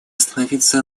остановиться